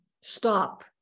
stop